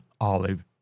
olive